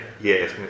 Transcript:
Yes